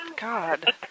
God